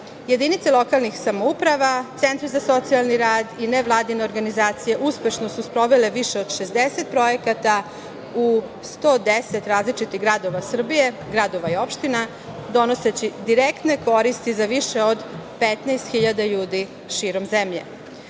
Jedinice lokalnih samouprava, centri za socijalni rad i nevladine organizacije uspešno su sprovele više od 60 projekata u 110 različitih gradova Srbija, gradova i opština, donoseći direktne koristi za više od 15 hiljada ljudi širom